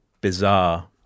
bizarre